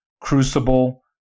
Crucible